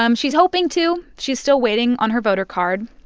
um she's hoping to. she's still waiting on her voter card.